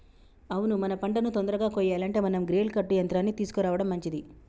అవును మన పంటను తొందరగా కొయ్యాలంటే మనం గ్రెయిల్ కర్ట్ యంత్రాన్ని తీసుకురావడం మంచిది